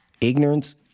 ignorance